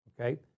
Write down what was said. okay